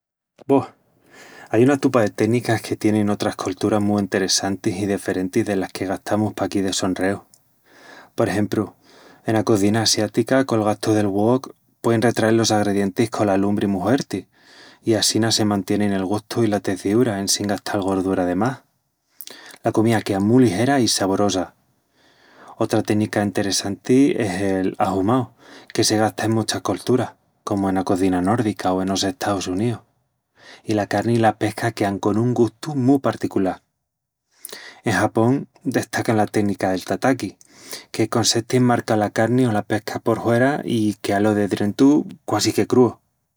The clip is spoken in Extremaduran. Boh, pos ai una tupa de ténicas que tienin otras colturas, mu enteressantis i deferentis delas que gastamus paquí de sonureu. Por exempru, ena cozina asiática, col gastu del wok, puein retrael los agredientis cola lumbri mu huerti, i assina se mantienin el gustu i la teciúra en sin gastal gordura de más. La comía quea mu ligera i saborosa. Otra ténica enteressanti es el ahumau, que se gasta en muchas colturas, comu ena cozina nórdica o enos Estaus Uníus, i la carni i la pesca quean con un gustu mu particulal. En Japón, destaca la ténica del tataki, que consesti en marcal la carni o la pesca por huera i queal lo de drentu quasi que crúu.